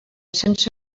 sense